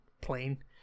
plain